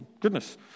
goodness